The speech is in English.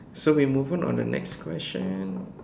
so we move on on the next question